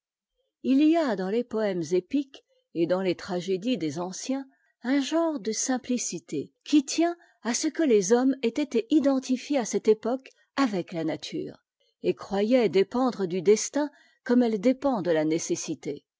il y a dans les poëmes épiques et dans les tragédies des anciens un genre de simplicité qui tient à ce que les hommes étaient identifiés à cette époque avec la nature et croyaient dépendre du destin comme elle dépend de la nécessité